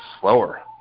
slower